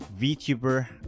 VTuber